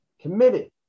committed